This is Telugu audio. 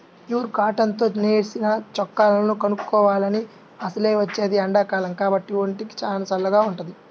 ప్యూర్ కాటన్ తో నేసిన చొక్కాలను కొనుక్కోవాలి, అసలే వచ్చేది ఎండాకాలం కాబట్టి ఒంటికి చానా చల్లగా వుంటది